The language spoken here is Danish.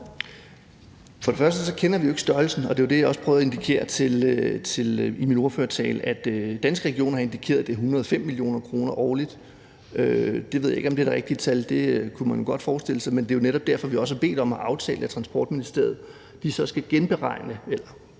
For det første kender vi jo ikke størrelsen. Det var det, jeg også prøvede at indikere i min ordførertale. Danske Regioner har indikeret, at det er 105 mio. kr. årligt. Jeg ved ikke, om det er det rigtige tal, men det kunne man jo godt forestille sig. Det er jo netop derfor, vi har bedt om en aftale om, at Transportministeriet skal kigge